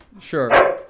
sure